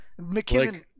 McKinnon